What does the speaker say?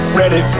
ready